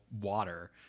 water